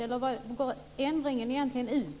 Vad går ändringen ut på?